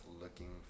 looking